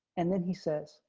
and then he says,